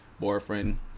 boyfriend